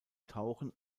tauchen